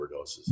overdoses